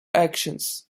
actions